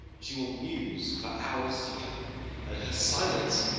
she will muse for hours together and her silence,